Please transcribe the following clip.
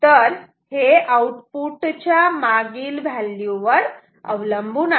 आणि हे आउटपुट च्या मागील व्हॅल्यू वर अवलंबून आहे